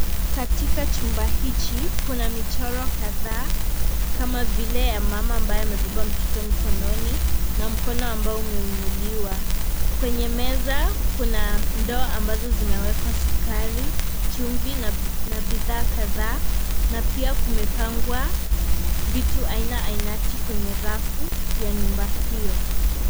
Katika chumba hichi kuna michoro kadhaa kama vile ya mama ambaye amebeba mtoto mkononi na mkono ambao umeinuliwa kwenye meza kuna ndoo ambazo zimewekwa sukari, chumvi na bidhaa kadhaa na pia kumepangwa vitu aina ainati kwenye rafu ya nyumba hiyo.